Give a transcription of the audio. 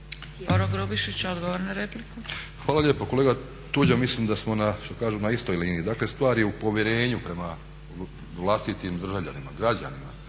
Hvala lijepo. Kolega Tuđman mislim da smo na što kažu na istoj liniji, dakle stvar je u povjerenju prema vlastitim državljanima, građanima.